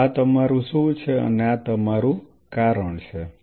તો આ તમારું શું છે અને આ તમારું કારણ છે